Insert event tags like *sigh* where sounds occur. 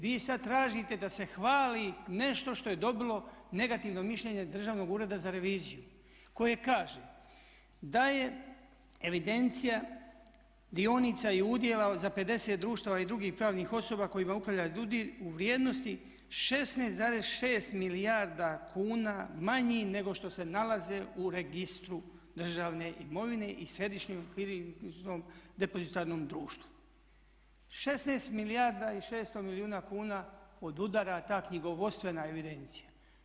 Vi sad tražite da se hvali nešto što je dobilo negativno mišljenje Državnog ureda za reviziju, koje kaže: "Da je evidencija dionica i udjela za 50 društava i drugih pravnih osoba kojima upravlja DUDI u vrijednosti 16,6 milijarda kuna manji nego što se nalaze u registru državne imovine i središnjem … *unintelligible* depozitarnom društvu." 16 milijarda i 600 milijuna kuna odudara ta knjigovodstvena evidencija.